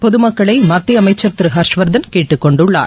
பொது மக்களை மத்திய அமைச்சர் திரு ஹர்ஷ்வர்தன் கேட்டுக் கொண்டுள்ளார்